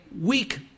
weak